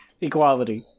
equality